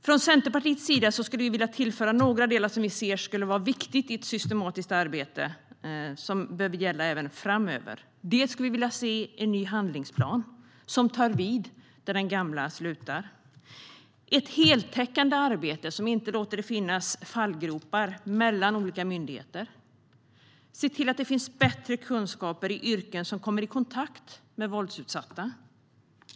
Vi i Centerpartiet skulle vilja tillföra några delar som vi ser som viktiga i ett systematiskt arbete och som behöver gälla även framöver. Dels skulle vi vilja se en ny handlingsplan som tar vid där den gamla slutar, dels vill vi se ett heltäckande arbete som inte tillåter fallgropar mellan olika myndigheter. Vi vill se till att det finns bättre kunskaper i yrken som kommer i kontakt med våldsutsatta.